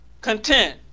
content